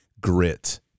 grit